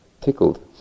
tickled